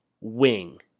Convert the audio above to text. wing